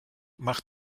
macht